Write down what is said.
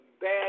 Bad